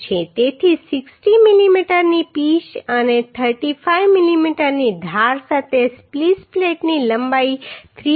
તેથી 60 mm ની pitch અને 35 mm ની ધાર સાથે સ્પ્લીસ પ્લેટની લંબાઇ 380 mm મળી રહી છે